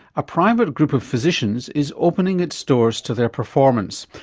a private group of physicians is opening its doors to their performance,